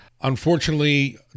Unfortunately